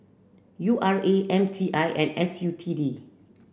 U R A M T I and S U T D